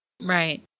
Right